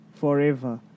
forever